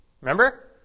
remember